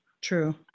True